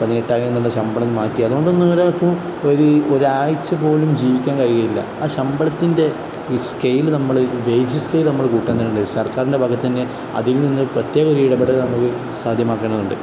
പതിനെട്ടായിരം എന്നുള്ള ശമ്പളം മാറ്റി അതുകൊണ്ടൊന്നും ഒരാൾക്കും ഒരു ഒരു ആഴ്ച പോലും ജീവിക്കാൻ കഴിയുകയില്ല ആ ശമ്പളത്തിൻ്റെ ഈ സ്കെയില് നമ്മൾ വെയജ് സ്കെയില് നമ്മൾ കൂട്ടുന്നുണ്ട് സർക്കാരിൻ്റെ ഭാഗത്ത് തന്നെ അതിൽ നിന്ന് പ്രത്യേക ഒരു ഇടപെടൽ നമുക്ക് സാധ്യമാക്കേണ്ടതുണ്ട്